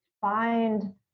find